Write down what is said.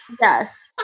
Yes